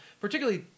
particularly